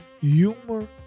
Humor